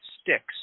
sticks